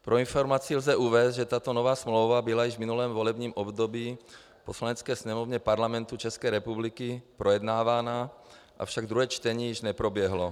Pro informaci lze uvést, že tato nová smlouva byla již v minulém volebním období v Poslanecké sněmovně Parlamentu České republiky projednávána, avšak druhé čtení již neproběhlo.